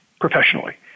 professionally